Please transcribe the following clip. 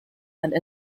and